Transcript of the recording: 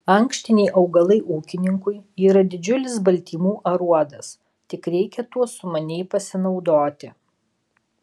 ankštiniai augalai ūkininkui yra didžiulis baltymų aruodas tik reikia tuo sumaniai pasinaudoti